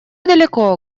далеко